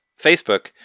Facebook